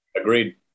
Agreed